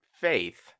Faith